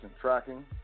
tracking